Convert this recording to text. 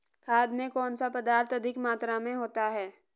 खाद में कौन सा पदार्थ अधिक मात्रा में होता है?